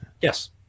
Yes